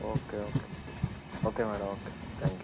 okay okay okay madam okay thank you